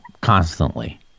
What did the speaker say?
constantly